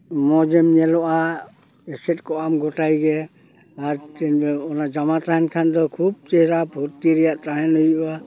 ᱢᱚᱡᱮᱢ ᱧᱮᱞᱚᱜᱼᱟ ᱮᱥᱮᱫ ᱠᱚᱜ ᱟᱢ ᱜᱚᱴᱟᱜᱮ ᱟᱨ ᱪᱮᱫ ᱚᱱᱟ ᱡᱟᱢᱟ ᱛᱟᱦᱮᱱ ᱠᱷᱟᱱ ᱫᱚ ᱠᱷᱩᱵ ᱪᱮᱦᱚᱨᱟ ᱯᱷᱩᱨᱛᱤ ᱨᱮᱭᱟᱜ ᱛᱟᱦᱮᱱ ᱦᱩᱭᱩᱜᱼᱟ